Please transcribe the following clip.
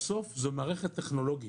בסוף זו מערכת טכנולוגית.